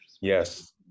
Yes